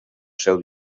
seu